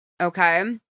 Okay